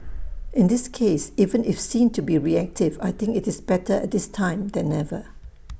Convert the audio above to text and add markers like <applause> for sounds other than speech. in this case even if seen to be reactive I think IT is better at this time than never <noise>